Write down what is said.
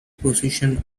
position